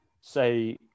say